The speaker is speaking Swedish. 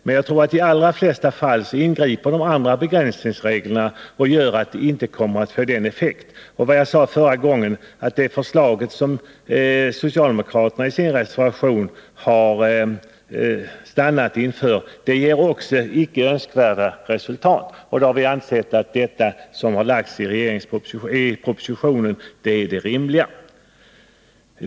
Men jag tror ändå att i de flesta fall så ingriper begränsningsreglerna och gör att det hela inte får denna effekt. Jag sade förra gången att det förslag som socialdemokraterna nu för fram i sin reservation i detta avseende också ger icke önskvärda resultat. Vi har därför ansett att förslaget i propositionen är det bästa.